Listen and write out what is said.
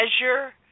measure